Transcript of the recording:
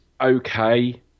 okay